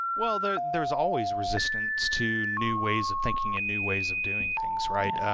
well, there there is always resistance to new ways of thinking and new ways of doing things, right?